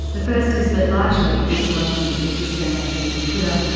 the first is that largely e-diplomacy, if it's just ambassadors on twitter,